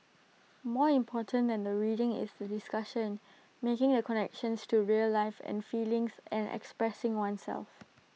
more important than the reading is the discussion making A connections to real life and feelings and expressing oneself